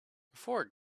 before